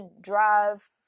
drive